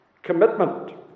commitment